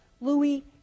Louis